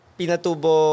pinatubo